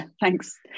Thanks